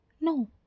No